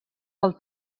del